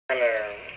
Hello